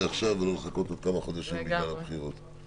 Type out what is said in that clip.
עכשיו ולא לחכות עוד כמה חודשים בגלל הבחירות.